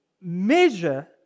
measure